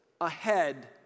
ahead